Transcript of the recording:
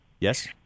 Yes